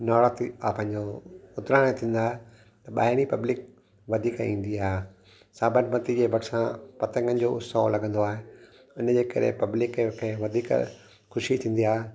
नवरात्रि इहा पंहिंजो उतरायण थींदो आहे त ॿाहिरी पब्लिक वधीक ईंदी आहे साबरमती जे भरिसां पतंगनि जो उत्सव लॻंदो आहे हुनजे करे पब्लिक खे वधीक ख़ुशी थींदी आहे